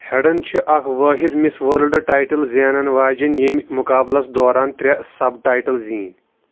ہٮ۪ڈن چھِ اکھ وٲحد مِس وٲرلڈ ٹایٹل زٮ۪نن واجِنۍ ییٚمہِ مُقابلس دوران ترٛےٚ سب ٹایٹل زیٖنۍ